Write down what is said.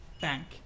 bank